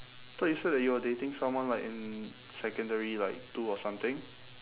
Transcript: thought you said that you were dating someone like in secondary like two or something